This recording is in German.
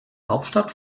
hauptstadt